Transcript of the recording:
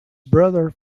brother